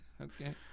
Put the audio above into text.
okay